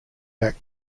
back